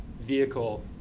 vehicle